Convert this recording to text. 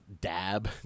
Dab